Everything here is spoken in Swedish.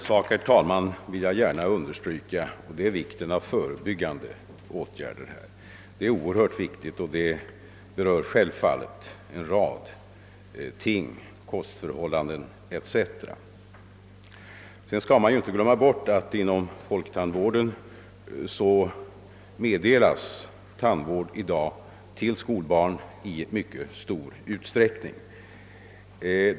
Herr talman! Jag vill gärna understryka vikten av förebyggande åtgärder i detta sammanhang. De är oerhört betydelsefulla och berör självfallet en rad faktorer, såsom kostförhållanden etc. Vidare skall man inte glömma bort att det i dag inom folktandvården i mycket stor utsträckning meddelas tandvård till skolbarn.